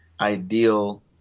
ideal